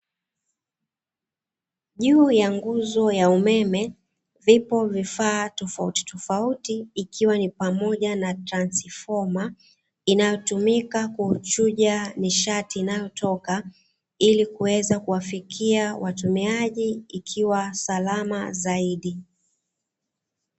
Juu ya nguzo ya umeme vipo vifaa tofautitofauti ikiwa ni pamoja na transfoma, inayotumika kuchuja nishati inayotoka ili kuweza kuwafikia watumiaji ikiwa salama zaidi.